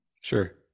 Sure